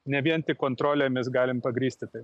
nebijant tik kontrolę mes galim pagrįsti taip